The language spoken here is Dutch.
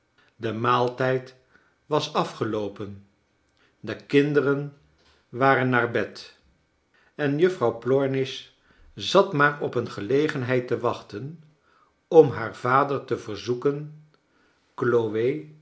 de maaltijd was afgeloopen de kinderen waren naar bed en juffrouw plornish zat maar op een gelegenheid te wachten om haar vader te verzoeken chloe